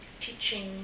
teaching